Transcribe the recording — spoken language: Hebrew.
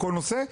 בכל נושא,